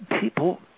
people